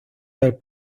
del